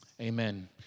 Amen